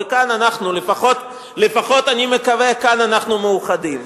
כאן אנחנו, לפחות אני מקווה, כאן אנחנו מאוחדים.